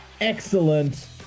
excellent